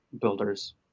builders